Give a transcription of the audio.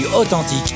authentique